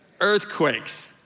Earthquakes